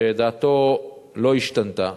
שדעתו לא השתנתה.